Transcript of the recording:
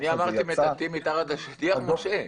אני אמרתי מטאטאים מתחת לשטיח, משה?